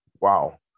wow